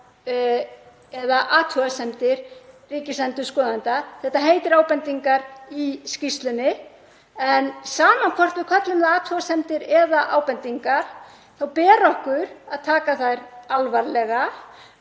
eða athugasemdir ríkisendurskoðanda. Þetta heitir ábendingar í skýrslunni. Sama hvort við köllum það athugasemdir eða ábendingar þá ber okkur að taka þær alvarlega